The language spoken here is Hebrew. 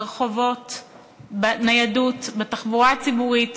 ברחובות, בניידות, בתחבורה הציבורית,